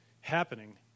happening